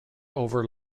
over